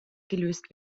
gelöst